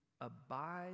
abide